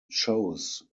chose